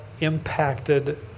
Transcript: impacted